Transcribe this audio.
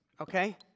Okay